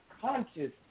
conscious